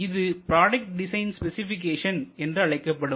இது product design specification என்றழைக்கப்படும்